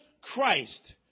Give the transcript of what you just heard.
Christ